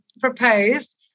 proposed